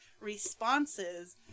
responses